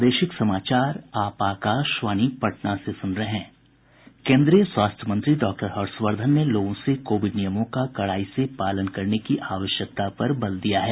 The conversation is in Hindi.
केन्द्रीय स्वास्थ्य मंत्री डॉक्टर हर्षवर्धन ने लोगों से कोविड नियमों का कड़ाई से पालन करने की आवश्यकता पर बल दिया है